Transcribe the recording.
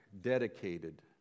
dedicated